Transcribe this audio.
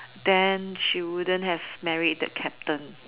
then she wouldn't have married the captain